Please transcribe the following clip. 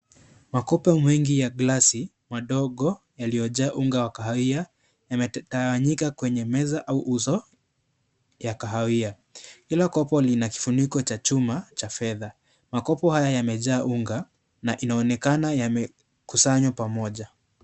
Makopo mengi ya glasi madogo yaliyojaa unga wa kahawia na imetawanyika kwenye meza au uso ya kahawia. Kila kopo lina kifuniko cha chuma cha fedha. Makopo haya yamejaa unga na inaonekana yamekusanywa pamoja.